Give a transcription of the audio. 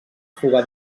fuga